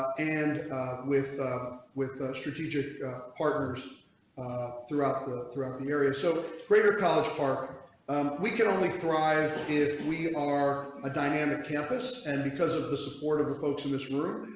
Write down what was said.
and with with strategic partners ah throughout the throughout the area. so greater college park um we can only thrive if we are a dynamic campus and because of the support of the folks in this room.